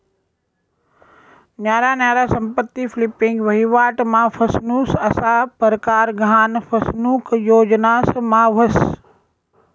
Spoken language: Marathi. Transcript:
न्यारा न्यारा संपत्ती फ्लिपिंग, वहिवाट मा फसनुक असा परकार गहान फसनुक योजनास मा व्हस